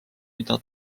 mida